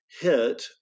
hit